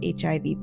HIV